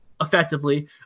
effectively